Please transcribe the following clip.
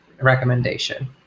recommendation